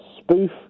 spoof